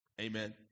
amen